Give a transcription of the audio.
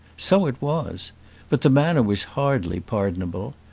so it was but the manner was hardly pardonable.